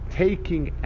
taking